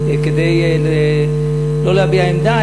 לא להביע עמדה,